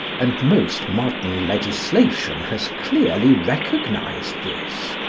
and most modern legislation has clearly recognised this,